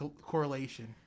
correlation